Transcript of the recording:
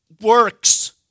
works